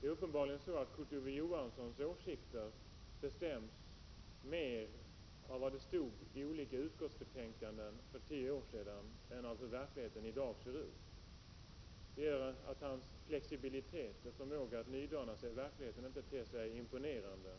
nämligen att Kurt Ove Johanssons åsikter uppenbarligen bestäms mer av vad som stod i olika utskottsbetänkanden för tio år sedan än av hur verkligheten i dag ser ut. Det gör att hans flexibilitet och förmåga att nydana sig i verkligheten inte ter sig imponerande.